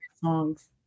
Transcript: songs